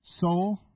soul